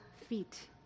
feet